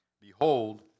Behold